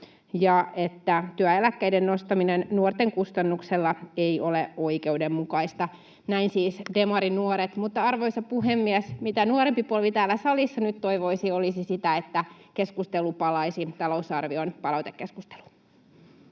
ja että ”työeläkkeiden nostaminen nuorten kustannuksella ei ole oikeudenmukaista”. Näin siis Demarinuoret. Arvoisa puhemies! Se, mitä nuorempi polvi täällä salissa nyt toivoisi, olisi, että keskustelu palaisi talousarvion palautekeskusteluun.